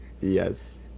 Yes